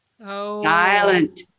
Silent